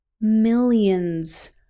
millions